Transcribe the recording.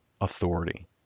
authority